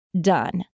done